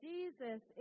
Jesus